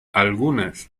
algunas